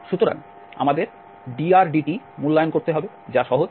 সুতরাং আমাদের drdt মূল্যায়ন করতে হবে যা সহজ